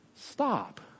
Stop